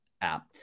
app